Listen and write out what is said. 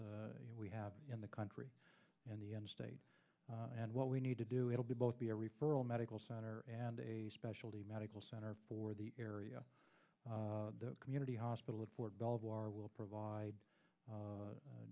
we have in the country in the state and what we need to do it'll be both be a referral medical center and a specialty medical center for the area the community hospital at fort belvoir will provide